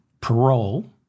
parole